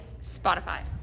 Spotify